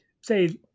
say